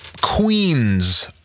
Queens